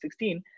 2016